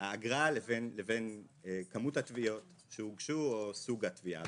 האגרה לבין כמות התביעות שהוגשו או סוג התביעה.